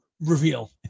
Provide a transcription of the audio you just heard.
reveal